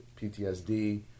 PTSD